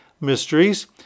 mysteries